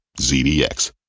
ZDX